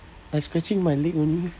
I scratching my leg only